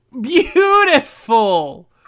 Beautiful